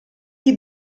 gli